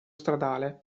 stradale